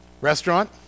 Restaurant